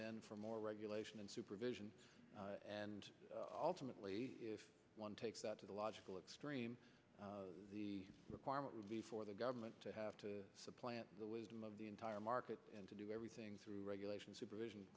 need for more regulation and supervision and ultimately if one takes that to the logical extreme the requirement would be for the government to have to supplant the wisdom of the entire market and to do everything through regulation supervision